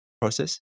process